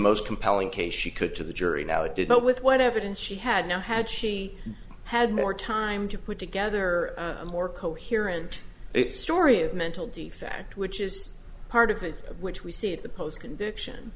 most compelling case she could to the jury now it did but with what evidence she had no had she had more time to put together a more coherent story of mental defect which is part of it of which we see it the post conviction